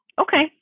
Okay